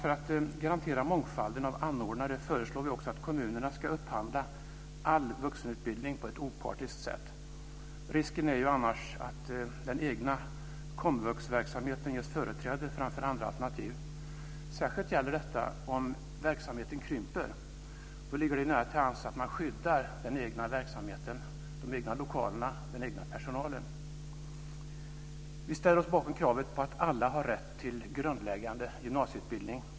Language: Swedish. För att garantera mångfalden av anordnare föreslår vi också att kommunerna ska upphandla all vuxenutbildning på ett opartiskt sätt. Risken är ju annars att den egna komvuxverksamheten ges företräde framför andra alternativ. Särskilt gäller detta om verksamheten krymper. Då ligger det nära till hands att man skyddar den egna verksamheten, de egna lokalerna och den egna personalen. Vi ställer oss bakom kravet att alla har rätt till grundläggande gymnasieutbildning.